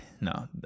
No